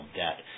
debt